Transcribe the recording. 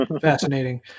Fascinating